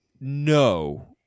No